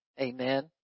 amen